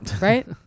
right